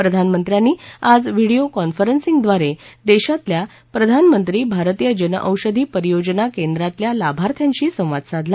प्रधानमंत्र्यांनी आज व्हिडिओ कॉन्फरन्सिंगद्वारे देशातल्या प्रधानमंत्री भारतीय जनऔषधी परियोजना केंद्रातल्या लाभार्थ्यांशी संवाद साधला